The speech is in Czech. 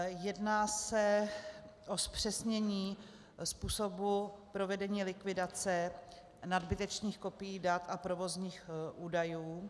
Jedná se o zpřesnění způsobu provedení likvidace nadbytečných kopií dat a provozních údajů.